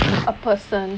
a person